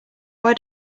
why